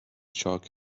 chalk